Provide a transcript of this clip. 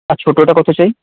আর ছোটটা কত চাই